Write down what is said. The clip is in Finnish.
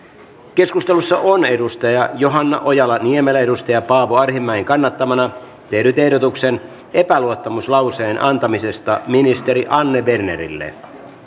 keskustelussa on johanna ojala niemelä paavo arhinmäen kannattamana tehnyt ehdotuksen epäluottamuslauseen antamisesta ministeri anne bernerille